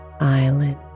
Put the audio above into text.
island